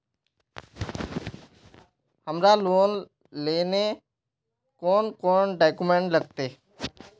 हमरा लोन लेले कौन कौन डॉक्यूमेंट लगते?